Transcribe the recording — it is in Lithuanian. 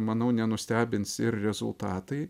manau nenustebins ir rezultatai